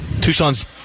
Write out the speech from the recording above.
Tucson's